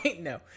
No